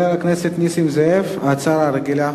חבר הכנסת נסים זאב, הצעה רגילה.